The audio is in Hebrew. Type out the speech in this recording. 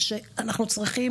בכללם נשים,